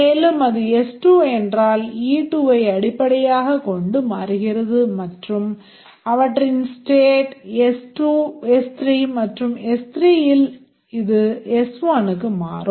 மேலும் அது S2 என்றால் அது e2 ஐ அடிப்படையாகக் கொண்டு மாறுகிறது மற்றும் அவற்றின் state S2 S3 மற்றும் S3 இல் இது S1க்கு மாறும்